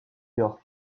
york